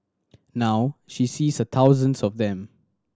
now she sees thousands of them